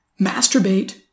masturbate